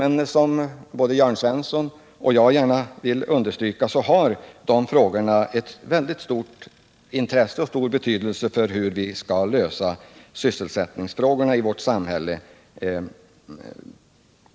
Men jag vill gärna understryka att dessa frågor har ett stort intresse och stor betydelse för hur vi primärt skall lösa sysselsättningsfrågorna i vårt samhälle.